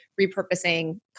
repurposing